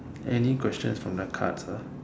any questions from the cards ah